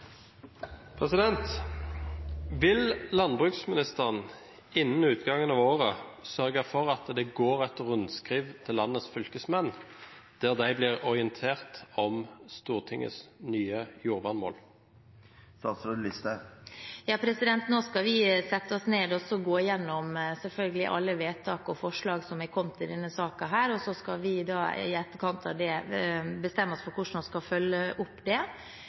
Vil landbruksministeren innen utgangen av året sørge for at det går et rundskriv til landets fylkesmenn der de blir orientert om Stortingets nye jordvernmål? Nå skal vi selvfølgelig sette oss ned og gå gjennom alle vedtak og forslag som har kommet i denne saken, og så skal vi i etterkant av det bestemme oss for hvordan vi skal følge det opp. Det